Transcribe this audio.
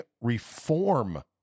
reform